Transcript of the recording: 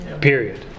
Period